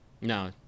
No